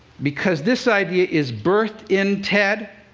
because this idea is birthed in ted,